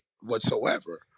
whatsoever